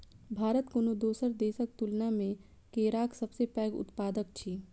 भारत कोनो दोसर देसक तुलना मे केराक सबसे पैघ उत्पादक अछि